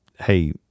Hey